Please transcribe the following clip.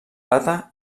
plata